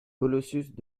colossus